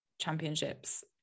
championships